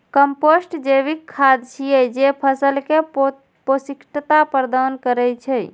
compost जैविक खाद छियै, जे फसल कें पौष्टिकता प्रदान करै छै